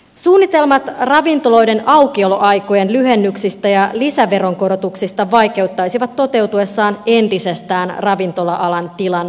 suunnitelmat ravintoloiden aukioloaikojen lyhennyksistä ja lisäveronkorotuksista vaikeuttaisivat toteutuessaan entisestään ravintola alan tilannetta